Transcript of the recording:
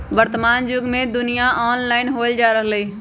वर्तमान जुग में दुनिया ऑनलाइन होय जा रहल हइ